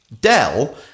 Dell